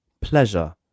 Pleasure